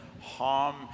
harm